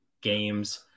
games